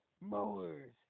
Mowers